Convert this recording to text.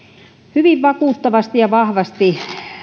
hyvin vakuuttavasti ja vahvasti